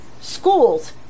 Schools